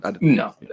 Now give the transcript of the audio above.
No